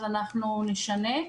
אנחנו נשנה.